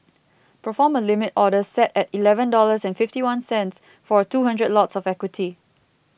perform a Limit Order set at eleven dollars and fifty one cents for two hundred lots of equity